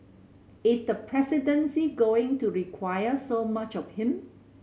is the presidency going to require so much of him